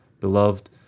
Beloved